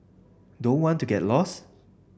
don't want to get lost